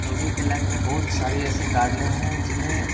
लोगों के लाइफ में बहुत सारी ऐसी कारणें हैं जिन्हें